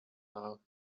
now